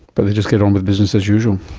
but they just get on with business as usual.